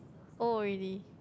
old already